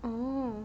oh